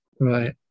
Right